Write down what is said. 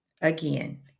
Again